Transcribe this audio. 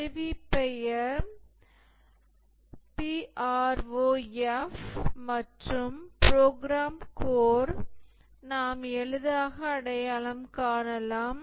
கருவி பெயர் p r o f prof மற்றும் ப்ரோக்ராம் கோர் நாம் எளிதாக அடையாளம் காணலாம்